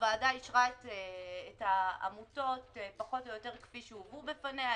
הוועדה אישרה את העמותות פחות או יותר כפי שהובאו בפניה.